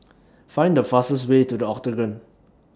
Find The fastest Way to The Octagon